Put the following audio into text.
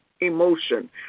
emotion